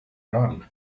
iran